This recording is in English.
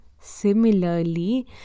similarly